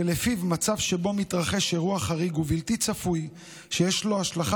שלפיו במצב שבו מתרחש אירוע חריג ובלתי צפוי שיש לו השלכה